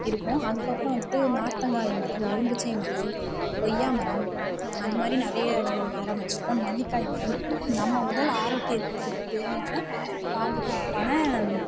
இருக்கும் அதுக்கப்புறம் வந்துட்டு நார்த்தங்காய் மரம் எலுமிச்சை மரம் கொய்யாமரம் அது மாதிரி நிறைய மரம் வச்சுருக்கோம் நெல்லிக்காய் மரம் நம்ம உடல் ஆரோக்கியத்துக்குத் தேவையான பாதுகாப்பான